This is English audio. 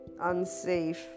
unsafe